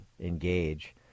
engage